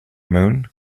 moon